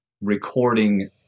recording